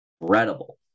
incredible